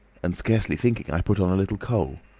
and scarcely thinking, i put on a little coal.